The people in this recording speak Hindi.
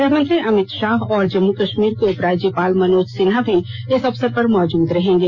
गृहमंत्री अमित शाह और जम्मू कश्मीर के उपराज्यपाल मनोज सिन्हा भी इस अवसर पर मौजूद रहेंगे